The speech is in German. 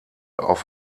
auf